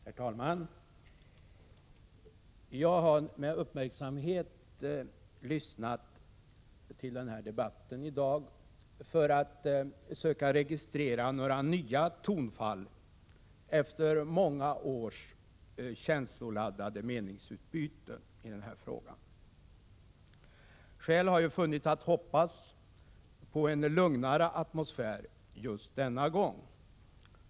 Herr talman! Jag har med uppmärksamhet lyssnat till debatten i dag för att söka registrera några nya tonfall efter många års känsloladdade meningsutbyten i den här frågan. Skäl har funnits för att hoppas på en lugnare atmosfär just denna gång.